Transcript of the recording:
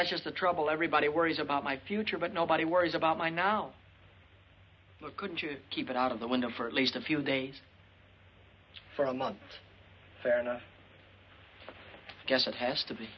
you're the trouble everybody worries about my future but nobody worries about my now look good you keep it out of the window for at least a few days for a month fair enough i guess it has to be